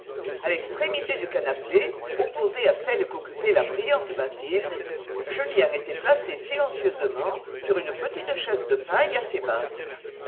a l'extrémité du canapé opposée à celle qu'occupait la brillante mathilde julien était placé silencieusement sur une petite chaise de paille assez basse